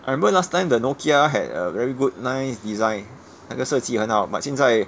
I remember last time the nokia had a very good nice design 那个设计很好 but 现在